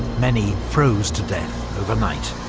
many froze to death overnight.